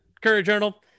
Courier-Journal